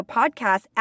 podcast